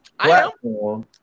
Platform